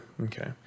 Okay